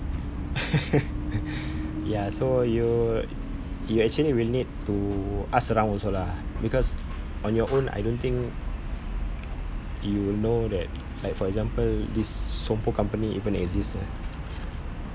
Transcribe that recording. ya so you you actually will need to ask around also lah because on your own I don't think you'll know that like for example this sompo company even exists ah